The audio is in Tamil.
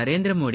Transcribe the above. நரேந்திரமோடி